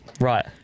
right